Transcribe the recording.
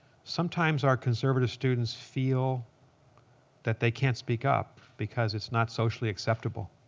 sometimes our conservative students feel that they can't speak up because it's not socially acceptable.